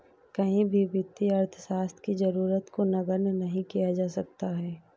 कहीं भी वित्तीय अर्थशास्त्र की जरूरत को नगण्य नहीं किया जा सकता है